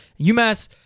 UMass